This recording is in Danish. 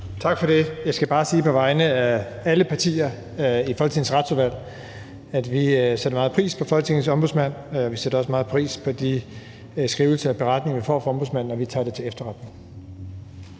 Tak for det. Jeg skal bare på vegne af alle partier i Retsudvalget sige, at vi sætter meget pris på Folketingets Ombudsmand. Vi sætter også meget pris på de skrivelser og beretninger, vi får fra ombudsmanden, og vi tager beretningen til efterretning.